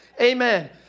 Amen